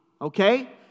okay